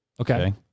Okay